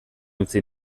utzi